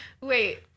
wait